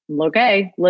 Okay